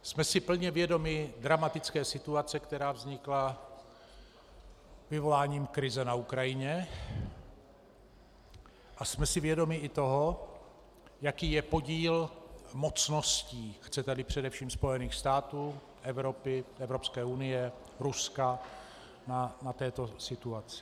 Jsme si plně vědomi dramatické situace, která vznikla vyvoláním krize na Ukrajině, a jsme si vědomi i toho, jaký je podíl mocností, chceteli především Spojených států, Evropy, Evropské unie, Ruska na této situaci.